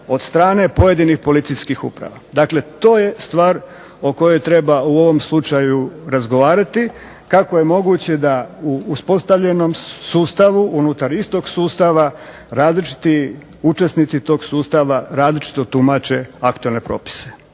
od strane pojedinih policijskih uprava. Dakle, to je stvar o kojoj treba u ovom slučaju razgovarati kako je moguće da u uspostavljenom sustavu unutar istog sustava različiti učesnici tog sustava različito tumače aktualne propise,